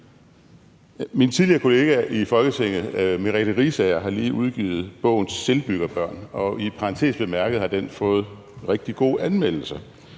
Min tidligere kollega i Folketinget, Merete Riisager, har lige udgivet bogen »Selvbyggerbørn«, og i parentes bemærket har den fået rigtig gode anmeldelser,